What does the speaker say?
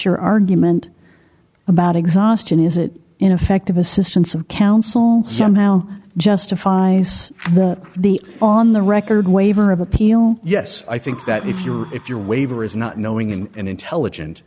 your argument about exhaustion is it ineffective assistance of counsel somehow justifies the on the record waiver of appeal yes i think that if you're if your waiver is not knowing and intelligent